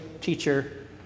teacher